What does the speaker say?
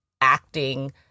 acting